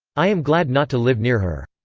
i am glad not to live near her.